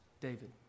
David